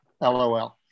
LOL